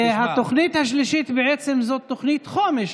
והתוכנית השלישית בעצם זו תוכנית חומש,